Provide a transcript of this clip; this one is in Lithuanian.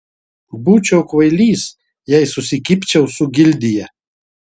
būčiau kvailys jei susikibčiau su gildija